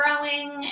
growing